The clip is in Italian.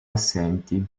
assenti